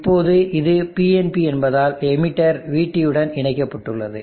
இப்போது இது PNP என்பதால் எமிட்டர் vT உடன் இணைக்கப்பட்டுள்ளது